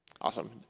Awesome